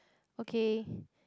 okay